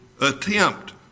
attempt